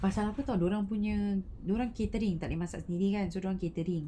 pasal apa [tau] dia orang punya dia orang catering tak boleh masak sendirikan so dia orang catering